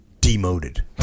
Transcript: Demoted